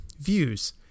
views